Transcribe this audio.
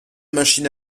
machine